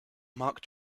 mark